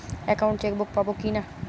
Account chequebook পাবো কি না?